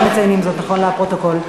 רק מציינים זאת לפרוטוקול.